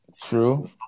True